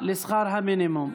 לשכר מינימום.